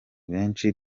benshi